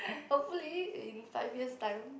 hopefully in five years time